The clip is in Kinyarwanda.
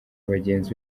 bagenzi